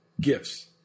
gifts